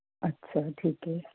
ਅੱਛਾ ਠੀਕ ਏ